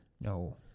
No